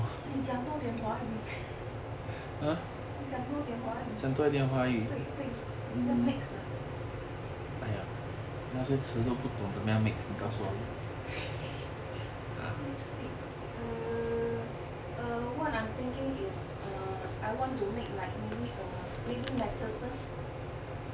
你讲多点华语 你讲多点华语对对不要 mix 的那些词 lipstick err err what I am thinking is err what I want to make is like maybe necklaces